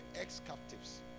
ex-captives